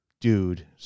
dude